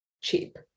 cheap